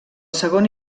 segon